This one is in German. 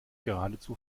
geradezu